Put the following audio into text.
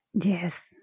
yes